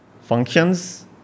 functions